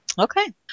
Okay